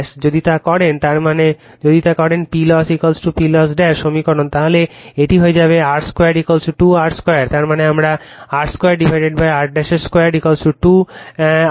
যদি তা করেন তার মানে যদি তা করেন PLoss PLoss সমীকরণ তাহলে এটি হয়ে যাবে r 2 2 r 2 তার মানে আমার r 2 r 2 2